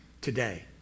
today